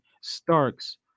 Starks